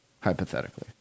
Hypothetically